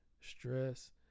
stress